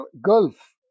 Gulf